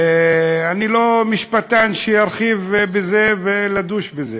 ואני לא משפטן שירחיב בזה וידוש בזה,